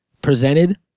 presented